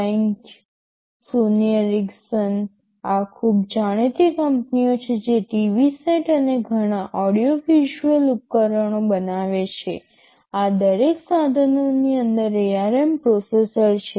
Benq Sony Ericsson આ ખૂબ જાણીતી કંપનીઓ છે જે ટીવી સેટ અને ઘણા ઓડિઓ વિઝ્યુઅલ ઉપકરણો બનાવે છે આ દરેક સાધનોની અંદર ARM પ્રોસેસર છે